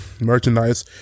merchandise